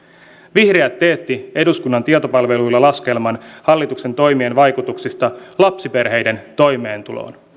vihreät teetti eduskunnan tietopalveluilla laskelman hallituksen toimien vaikutuksista lapsiperheiden toimeentuloon